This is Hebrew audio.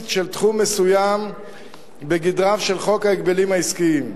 של תחום מסוים בגדריו של חוק ההגבלים העסקיים.